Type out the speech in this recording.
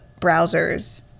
browsers